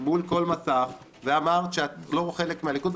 מול כל מסך ואמרת שאת לא חלק מהליכוד,